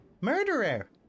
Murderer